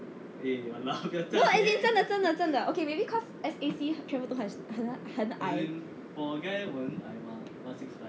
no as in 真的真的真的 okay maybe cause S_A_C 全部都很很很矮